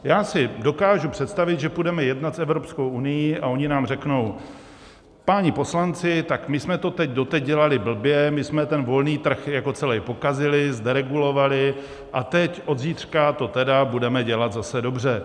Já si dokážu představit, že půjdeme jednat s Evropskou unií, a oni nám řeknou: Páni poslanci, ta my jsme to doteď dělali blbě, my jsme ten volný trh celý pokazili, zderegulovali, a teď od zítřka to tedy budeme dělat zase dobře.